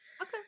Okay